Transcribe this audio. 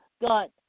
got